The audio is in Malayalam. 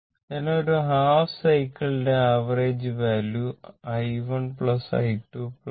അതിനാൽ ഒരു ഹാഫ് സൈക്കിൾ ലെ average value I1 I2 I3